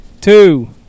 two